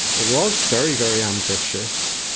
it was very, very ambitious.